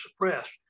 suppressed